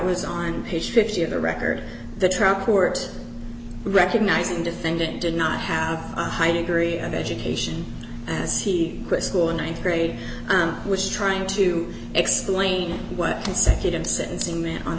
was on page fifty of the record the trial court recognizing defendant did not have a high degree of education as he d quit school in th grade which is trying to explain wh